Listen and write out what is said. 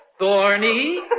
Thorny